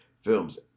films